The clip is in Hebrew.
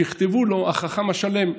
יכתבו לו "החכם השלם".